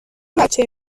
بچه